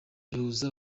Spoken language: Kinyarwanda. bihuza